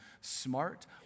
smart